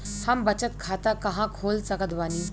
हम बचत खाता कहां खोल सकत बानी?